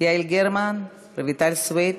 יעל גרמן, רויטל סויד,